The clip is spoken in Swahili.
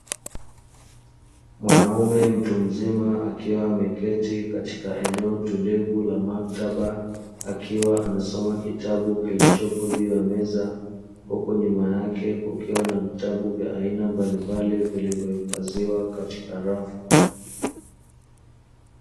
Mwanaume mtu mzima akiwa ameketi katika eneo tulivu la maktaba akiwa anasoma kitabu kilichopo juu ya meza, huku nyuma yake kukiwa na vitabu vya aina mbalimbali vilivyohifadhiwa katika rafu.